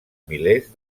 milers